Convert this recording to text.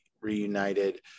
reunited